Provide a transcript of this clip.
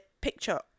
picture